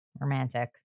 romantic